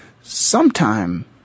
sometime